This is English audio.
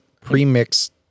pre-mixed